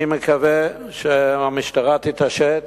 אני מקווה שהמשטרה תתעשת